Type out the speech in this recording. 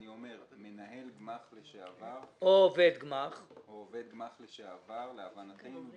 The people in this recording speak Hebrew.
מנהל גמ"ח לשעבר או עובד גמ"ח לשעבר, להבנתנו,